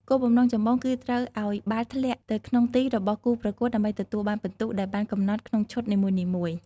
គោលបំណងចម្បងគឺត្រូវឲ្យបាល់ធ្លាក់ទៅក្នុងទីរបស់គូប្រកួតដើម្បីទទួលបានពិន្ទុដែលបានកំណត់ក្នុងឈុតនីមួយៗ។